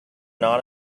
not